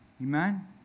Amen